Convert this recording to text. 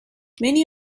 many